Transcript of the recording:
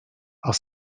are